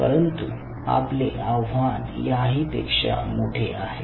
परंतु आपले आव्हान याही पेक्षा मोठे आहे